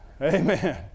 Amen